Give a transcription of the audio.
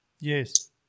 Yes